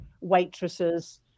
waitresses